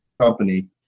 company